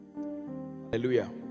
Hallelujah